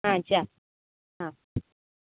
હા ચાલ હા